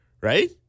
right